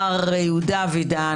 מר יהודה אבידן,